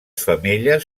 femelles